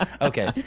Okay